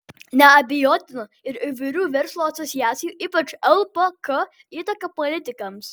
neabejotina ir įvairių verslo asociacijų ypač lpk įtaka politikams